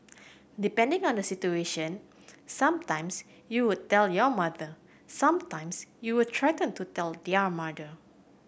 depending on the situation some times you would tell your mother some times you will threaten to tell their mother